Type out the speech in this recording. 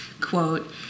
quote